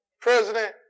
President